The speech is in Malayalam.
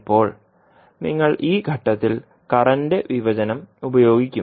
ഇപ്പോൾ നിങ്ങൾ ഈ ഘട്ടത്തിൽ കറന്റ് വിഭജനം ഉപയോഗിക്കും